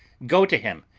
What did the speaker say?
go to him,